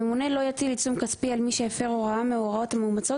הממונה לא יטיל עיצום כספי על מי שהפר הוראה מהוראות המאומצות,